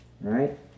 Right